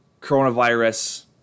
coronavirus